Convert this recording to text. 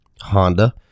Honda